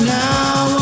now